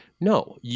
No